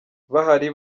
bahari